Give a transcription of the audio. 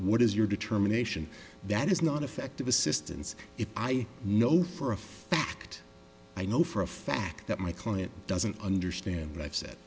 what is your determination that is not effective assistance if i know for a fact i know for a fact that my client doesn't understand what